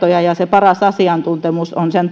useita kertoja ja se paras asiantuntemus on sen